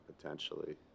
potentially